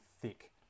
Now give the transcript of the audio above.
thick